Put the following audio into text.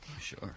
Sure